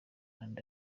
and